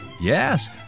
Yes